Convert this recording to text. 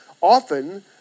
often